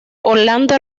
orlando